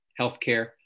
healthcare